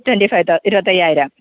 twenty five thou ഇരുപത്തയ്യായിരം